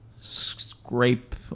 scrape